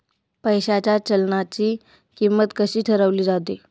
पैशाच्या चलनाची किंमत कशी ठरवली जाते